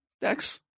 Dex